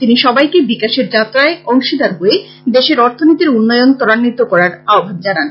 তিনি সবাইকে বিকাশের যাত্রায় অংশীদার হয়ে দেশের অর্থনীতির উন্নয়ন ত্বরান্বিত করার আহ্বান জানান